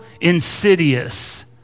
insidious